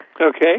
Okay